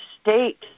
state